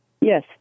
Yes